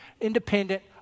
independent